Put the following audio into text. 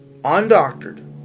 Undoctored